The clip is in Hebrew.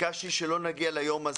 ביקשתי שלא נגיע ליום הזה,